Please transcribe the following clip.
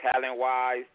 talent-wise